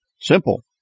Simple